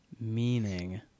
meaning